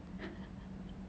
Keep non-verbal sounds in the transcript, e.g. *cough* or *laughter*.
*laughs*